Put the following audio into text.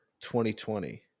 2020